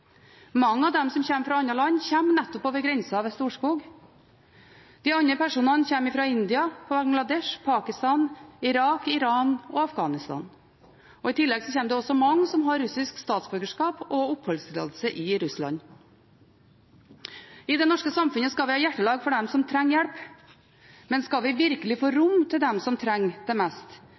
Mange av dem som kommer fra andre land, kommer nettopp over grensen ved Storskog. De andre personene kommer fra India, Bangladesh, Pakistan, Irak, Iran og Afghanistan. I tillegg kommer det også mange som har russisk statsborgerskap og oppholdstillatelse i Russland. I det norske samfunnet skal vi ha hjertelag for dem som trenger hjelp. Men skal vi virkelig få rom til dem som trenger det mest,